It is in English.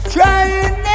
Trying